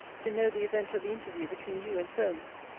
to know the event of the interview between you and solmes.